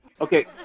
Okay